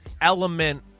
element